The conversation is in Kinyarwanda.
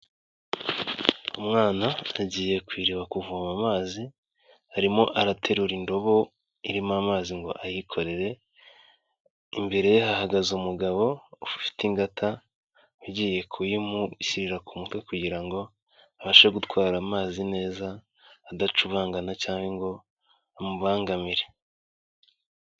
Umwana yagiye ku iriba kuvoma amazi, arimo araterura indobo irimo amazi ngo ayikorere, imbere ye hahagaze umugabo ufite ingata, ugiye kuyimushyirira ku mutwe kugira ngo abashe gutwara amazi neza, adacubangana cyangwa ngo amubangamire.